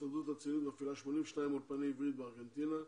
ההסתדרות הציונית מפעילה 82 אולפני עברית בארגנטינה,